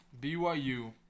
BYU